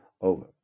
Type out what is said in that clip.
over